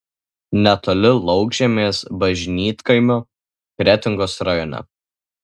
netoli laukžemės bažnytkaimio kretingos rajone